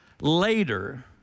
later